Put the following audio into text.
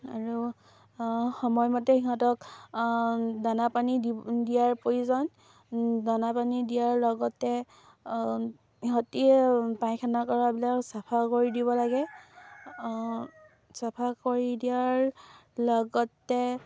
আৰু সময়মতে সিহঁতক দানা পানী দি দিয়াৰ প্ৰয়োজন দানা পানী দিয়াৰ লগতে সিহঁতি পায়খানা কৰাবিলাক চাফা কৰি দিব লাগে চাফা কৰি দিয়াৰ লগতে